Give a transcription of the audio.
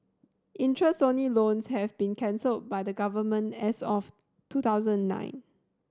interest only loans have been cancelled by the Government as of two thousand nine